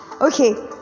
Okay